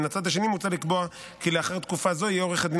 אך מן הצד השני מוצע לקבוע כי לאחר תקופה זו יהיה עורך הדין